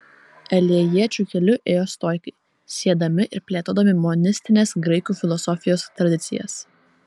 elėjiečių keliu ėjo stoikai siedami ir plėtodami monistinės graikų filosofijos tradicijas